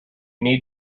need